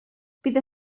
bydd